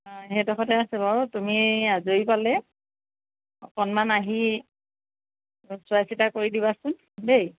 অঁ সেইডখতে আছে বাৰু তুমি আজৰি পালে অকণমান আহি অলপ চোৱা চিতা কৰি দিবাচোন দেই